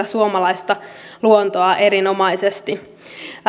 suomalaista luontoa erinomaisesti